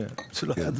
מה שלא היה,